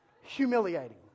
Humiliating